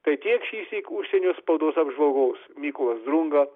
tai tiek šįsyk užsienio spaudos apžvalgos mykolas drunga